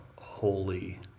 holy